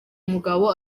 mugabo